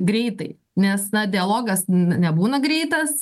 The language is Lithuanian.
greitai nes na dialogas n nebūna greitas